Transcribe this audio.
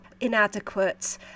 inadequate